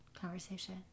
conversation